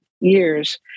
years